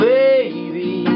baby